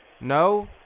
No